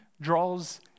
draws